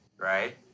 right